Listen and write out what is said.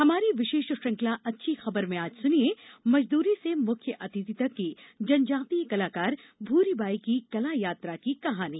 हमारी विशेष श्रृंखला अच्छी खबर में सुनिए मजदूरी से मुख्य अतिथि तक की जनजातीय कलाकार भूरी बाई की कला यात्रा की कहानी